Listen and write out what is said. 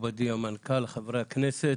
מכובדי המנכ"ל, חברי הכנסת,